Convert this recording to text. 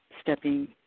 stepping